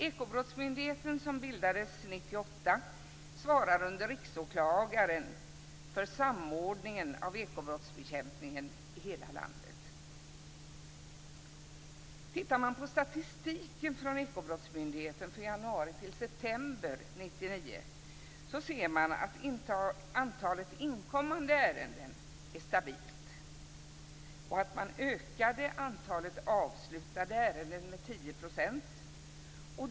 Ekobrottsmyndigheten, som bildades 1998, svarar under Riksåklagaren för samordningen av ekobrottsbekämpningen i hela landet. Tittar man på statistiken från Ekobrottsmyndigheten från januari till september 1999 ser man att antalet inkommande ärenden är stabilt och att antalet avslutade ärenden ökade med 10 %.